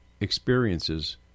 experiences